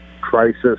crisis